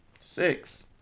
Six